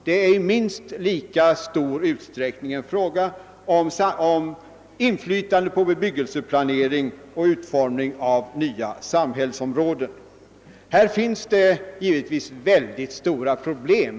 Det är i minst lika stor utsträckning fråga om inflytande på bebyggelseplaneringen och utformningen av nya samhällsområden. Härvidlag finns det mycket stora problem.